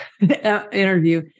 interview